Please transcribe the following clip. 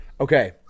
Okay